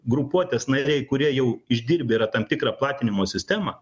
grupuotės nariai kurie jau išdirbę yra tam tikrą platinimo sistemą